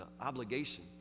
obligation